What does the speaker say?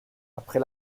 après